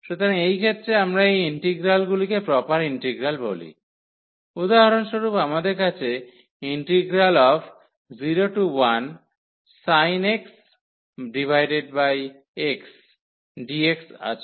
সুতরাং এই ক্ষেত্রে আমরা এই ইন্টিগ্রালগুলিকে প্রপার ইন্টিগ্রাল বলি উদাহরণস্বরূপ আমাদের কাছে 01sin x xdx আছে